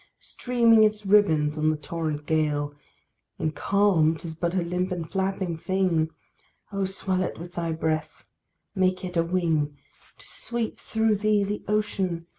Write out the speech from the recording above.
streaming its ribbons on the torrent gale in calm, tis but a limp and flapping thing oh! swell it with thy breath make it a wing to sweep through thee the ocean,